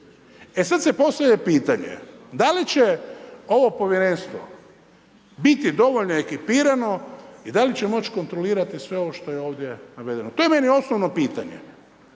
E sad se postavlja pitanje, da li će ovo Povjerenstvo biti dovoljno ekipirano i da li će moći kontrolirati sve ovo što je ovdje navedeno. To je meni osnovno pitanje.